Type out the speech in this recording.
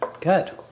Good